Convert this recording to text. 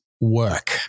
work